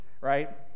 right